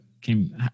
came